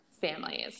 families